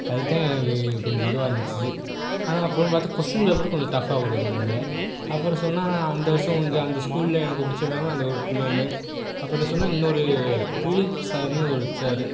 அதுத்தான் எனக்கு கொஞ்சம் இதுவாக இருந்துச்சு ஆனால் அப்புறம் பார்த்தா கொஸ்டின் பேப்பர் கொஞ்சம் டஃபாக கொடுத்துருந்தாங்க அப்புறம் சொன்னால் அந்த வருஷம் முடிஞ்சு அந்த ஸ்கூலில் எனக்கு பிடிச்ச மேமு அந்த ஒரு மேமு அப்புறம் சொன்னால் இன்னும் ஒரு பிலிப்ஸ் சாருனு ஒரு சாரு